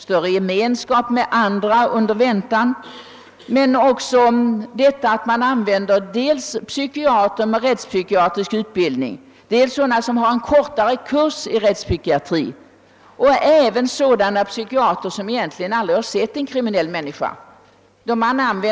För att få fler undersökningar gjorda användes dels psykiater med rättspsykiatrisk utbildning, dels sådana som genomgått en kortare kurs i rättspsykiatri, dels sådana psykiater som aldrig sett en kriminell människa.